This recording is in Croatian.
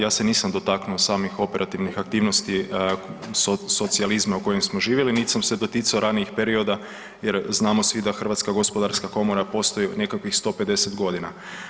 Ja se nisam dotaknuo samih operativnih aktivnosti, socijalizma u kojem smo živjeli niti sam se doticao ranijih perioda jer znamo svi da Hrvatska gospodarska komora postoji nekakvih 150 godina.